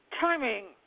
timing